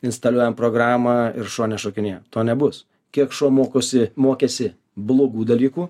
instaliuojam programą ir šuo nešokinėja to nebus kiek šuo mokosi mokėsi blogų dalykų